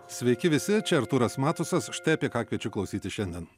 sveiki visi čia artūras matusas štai apie ką kviečiu klausyti šiandien